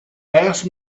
ask